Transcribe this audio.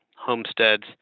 homesteads